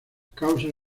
causas